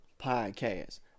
podcast